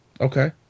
Okay